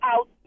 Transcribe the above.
out